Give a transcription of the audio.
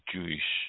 Jewish